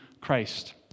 Christ